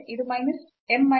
ಇದು m square minus